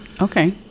Okay